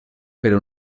pero